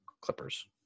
clippers